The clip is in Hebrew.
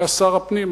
היה שר הפנים,